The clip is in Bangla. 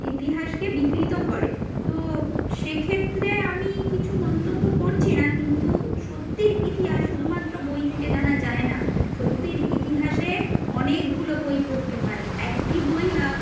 ইতিহাসকে বিকৃত করে তো সেই ক্ষেত্রে আমি কিছু মন্তব্য করছি না কিন্তু সত্যের ইতিহাস শুধুমাত্র বই থেকে জানা যায় না সত্যের ইতিহাসে অনেকগুলো বই পড়তে হয় একটা বই বা